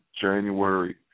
January